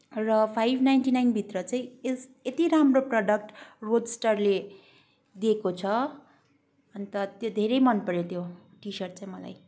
र five ninety नाइनभित्र चाहिँ यत्ति राम्रो प्रडक्ट रोडस्टरले दिएको छ अन्त त्यो धेरै मन पऱ्यो त्यो टी सर्ट चाहिँ मलाई